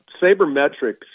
sabermetrics